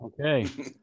Okay